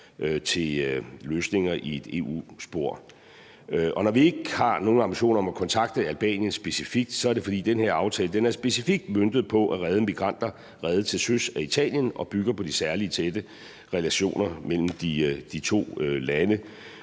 til løsninger i et EU-spor. Når vi ikke har nogen ambitioner om at kontakte Albanien specifikt, er det, fordi den her aftale specifikt er møntet på at redde migranter reddet til søs af Italien og bygger på de særlig tætte relationer mellem de to lande,